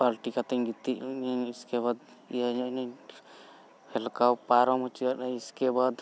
ᱯᱟᱞᱴᱤ ᱠᱟᱛᱮᱱ ᱜᱮ ᱤᱧ ᱩᱥᱠᱮᱵᱟᱫ ᱤᱭᱟᱹᱧ ᱦᱮᱞᱠᱟᱣ ᱯᱟᱨᱚᱢ ᱚᱪᱚᱭᱮᱫ ᱤᱥᱠᱮᱵᱟᱫ